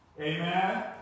Amen